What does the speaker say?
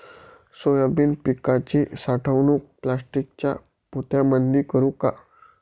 Soybean पिकाची साठवणूक प्लास्टिकच्या पोत्यामंदी करू का?